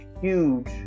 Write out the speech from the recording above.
huge